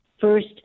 First